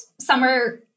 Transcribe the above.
summer